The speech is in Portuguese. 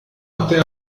até